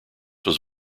was